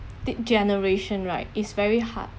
the generation right it's very hard